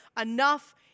enough